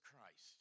Christ